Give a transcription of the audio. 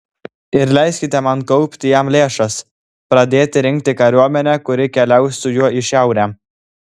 ir leiskite man kaupti jam lėšas pradėti rinkti kariuomenę kuri keliaus su juo į šiaurę